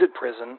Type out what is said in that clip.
prison